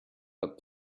but